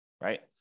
right